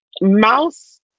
Mouse